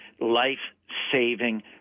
life-saving